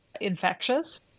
infectious